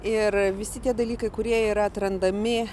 ir visi tie dalykai kurie yra atrandami